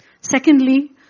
Secondly